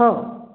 हो